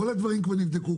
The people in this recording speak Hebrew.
כל הדברים כבר נבדקו,